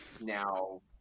now